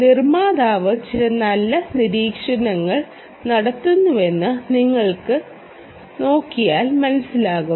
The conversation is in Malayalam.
നിർമ്മാതാവ് ചില നല്ല നിരീക്ഷണങ്ങൾ നടത്തുന്നുവെന്ന് നിങ്ങൾക്ക് നോക്കിയാൽ മനസ്സിലാകും